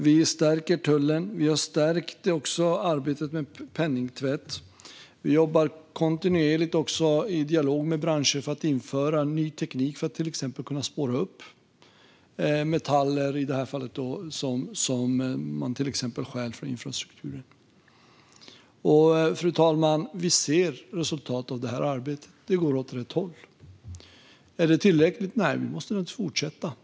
Vi har stärkt tullen, och vi har stärkt arbetet mot penningtvätt. Vi jobbar kontinuerligt i dialog med branscher för att införa ny teknik för att till exempel spåra upp metaller som stjäls från infrastrukturen. Fru talman! Vi ser resultatet av arbetet, och det går åt rätt håll. Är det tillräckligt? Nej, vi måste naturligtvis fortsätta.